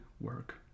work